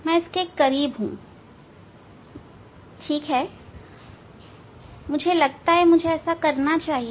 मैं इसके करीब हूं ठीक है मुझे लगता है मुझे करना चाहिए